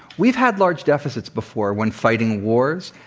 we've had large deficits before when fighting wars,